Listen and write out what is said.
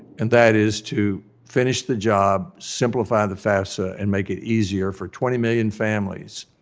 and that is to finish the job, simplify the fafsa and make it easier for twenty million families